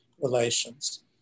relations